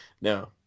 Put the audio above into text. No